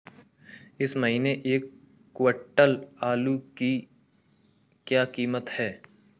इस महीने एक क्विंटल आलू की क्या कीमत है?